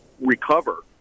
recover